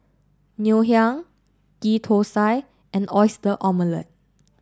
Ngoh Hiang Ghee Thosai and Oyster Omelette